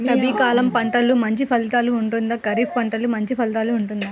రబీ కాలం పంటలు మంచి ఫలితాలు ఉంటుందా? ఖరీఫ్ పంటలు మంచి ఫలితాలు ఉంటుందా?